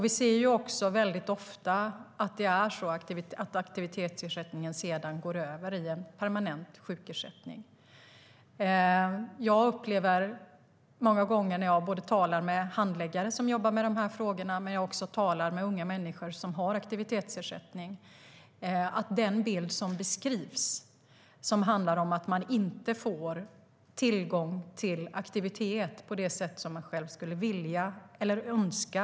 Vi ser väldigt ofta att aktivitetsersättningen sedan går över i en permanent sjukersättning. När jag talar med handläggare som jobbar med de här frågorna och också talar med unga människor som har aktivitetsersättning upplever jag många gånger att den bild som beskrivs handlar om att människor inte får tillgång till aktivitet på det sätt som de själva skulle vilja eller önska.